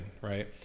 right